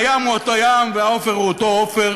הים הוא אותו יום והעופר הוא אותו עופר.